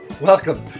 welcome